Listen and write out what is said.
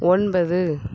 ஒன்பது